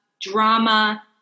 drama